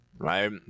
right